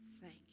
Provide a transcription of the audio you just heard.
thank